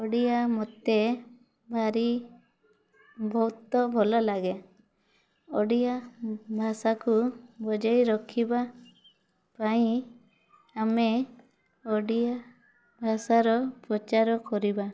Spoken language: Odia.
ଓଡ଼ିଆ ମୋତେ ଭାରି ବହୁତ ଭଲ ଲାଗେ ଓଡ଼ିଆ ଭାଷାକୁ ବଜାୟ ରଖିବା ପାଇଁ ଆମେ ଓଡ଼ିଆ ଭାଷାର ପ୍ରଚାର କରିବା